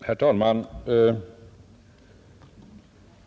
Herr talman!